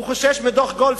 הוא חושש מדוח גולדסטון,